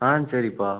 ஆ சரிப்பா